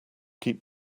keep